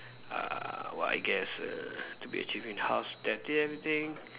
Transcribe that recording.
uh well I guess err to be achieving in house everything